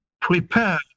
prepare